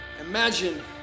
Imagine